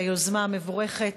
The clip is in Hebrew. על היוזמה המבורכת